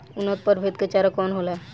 उन्नत प्रभेद के चारा कौन होला?